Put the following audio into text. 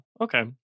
okay